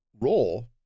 role